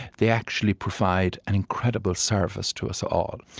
they actually provide an incredible service to us all.